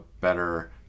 better